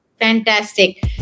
Fantastic